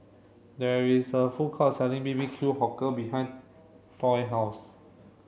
there is a food court selling B B Q behind toilet house